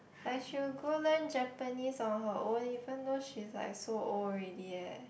and she will go learn Japanese on her own even though she's like so old already eh